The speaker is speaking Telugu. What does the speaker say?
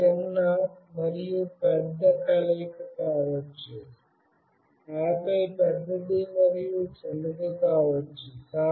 ఇది చిన్న మరియు పెద్ద కలయిక కావచ్చు ఆపై పెద్దది మరియు చిన్నది కావచ్చు